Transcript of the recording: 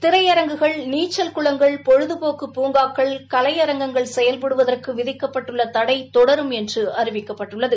திரையரங்குகள் நீச்சல் குளங்கள் பொழுதுபோக்கு பூங்காக்கள் கலையரங்கங்கள் செயல்படுவதற்கு விதிக்கப்பட்டுள்ள தடை தொடரும் என்று அறிவிக்கப்பட்டுள்ளது